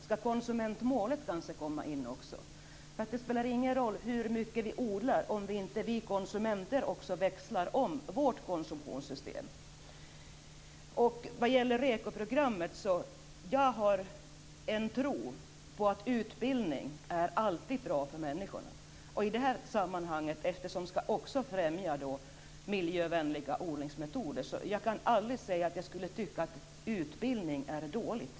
Skall konsumentmålet tas med? Det spelar ingen roll hur mycket vi odlar om inte vi konsumenter också växlar om vår konsumtion. Vidare var det REKO-programmet. Jag har en tro på att utbildning alltid är bra för människor. I det här sammanhanget skall även miljövänliga odlingsmetoder främjas, och där kan jag aldrig säga att utbildning är dåligt.